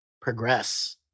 progress